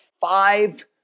five